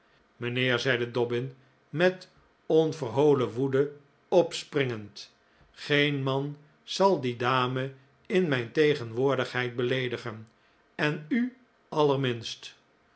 mijnheer zeide dobbin met onverholen woede opspringend geen man zal die dame in mijn tegenwoordigheid beleedigen en u allerminst